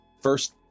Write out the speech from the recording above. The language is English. first